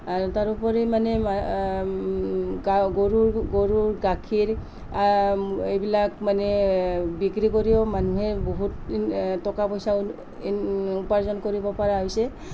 তাৰোপৰি মানে গা গৰু গৰুৰ গাখীৰ এইবিলাক মানে বিক্ৰী কৰিও মানুহে বহুত টকা পইচা ইন উৰ্পাজন কৰিব পৰা হৈছে